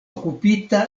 okupita